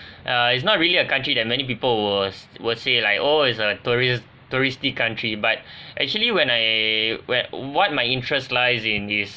uh it's not really a country that many people will will say like oh is a tourist touristy country but actually when I where what my interest lies in is